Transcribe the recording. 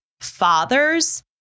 fathers